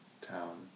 town